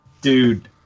dude